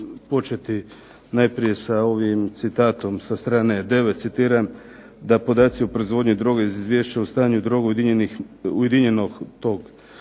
početi najprije sa ovim citatom sa strane 9. citiram da podaci o proizvodnji droge iz Izvješća o stanju droge ujedinjenog tog